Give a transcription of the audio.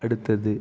அடுத்தது